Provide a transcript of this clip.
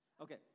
Okay